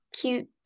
cute